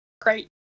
great